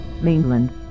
Mainland